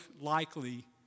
likely